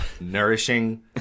nourishing